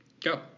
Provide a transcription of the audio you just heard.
Go